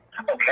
Okay